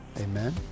Amen